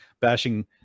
bashing